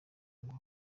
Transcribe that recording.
ngo